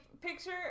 picture